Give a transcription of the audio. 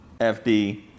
fd